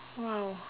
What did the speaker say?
!wow!